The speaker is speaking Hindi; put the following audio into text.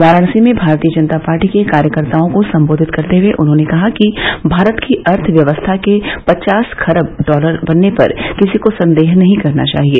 वाराणसी में भारतीय जनता पार्टी के कार्यकर्ताओं को संबोधित करते हुए उन्होंने कहा कि भारत की अर्थव्यवस्था के पचास खरब डॉलर बनने पर किसी को संदेह नहीं करना चाहिए